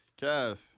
Kev